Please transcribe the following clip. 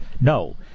no